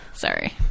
Sorry